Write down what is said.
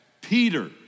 Peter